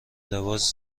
لباس